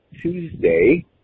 Tuesday